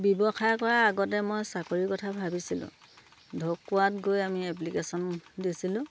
ব্যৱসায় কৰাৰ আগতে মই চাকৰিৰ কথা ভাবিছিলোঁ ঢকুৱাত গৈ আমি এপ্লিকেশ্যন দিছিলোঁ